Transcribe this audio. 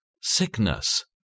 Sickness